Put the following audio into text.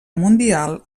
mundial